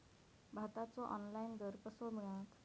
भाताचो ऑनलाइन दर कसो मिळात?